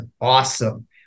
awesome